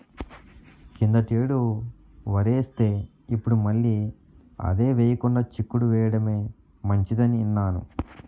కిందటేడు వరేస్తే, ఇప్పుడు మళ్ళీ అదే ఎయ్యకుండా చిక్కుడు ఎయ్యడమే మంచిదని ఇన్నాను